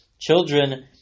children